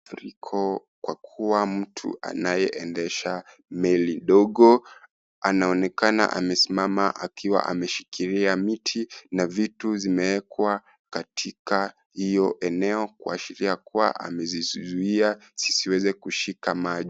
Mafuriko kwa kuwa mtu anayeendesha meli ndogo anaonekana amesimama akiwa ameshikilia miti na vitu zimewekwa katika hiyo eneo, kuashiria kuwa amezizuia zisiweze kushika maji.